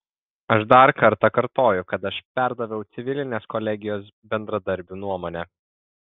aš dar kartą kartoju kad aš perdaviau civilinės kolegijos bendradarbių nuomonę